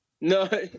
No